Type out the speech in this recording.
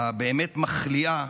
הבאמת-מחליאה,